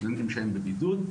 סטודנטים שבבידוד,